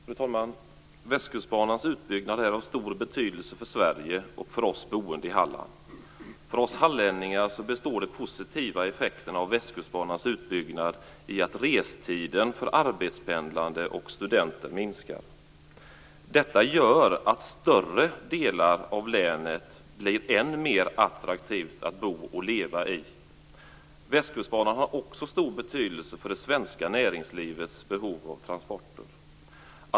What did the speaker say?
Fru talman! Västkustbanans utbyggnad är av stor betydelse för Sverige och för oss som bor i Halland. För oss hallänningar består de positiva effekterna av Västkustbanans utbyggnad i att restiden för arbetspendlande och studenter minskar. Detta gör att större delar av länet blir än mer attraktiva att bo och leva i. Västkustbanan har också stor betydelse för det svenska näringslivets behov av transporter.